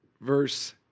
verse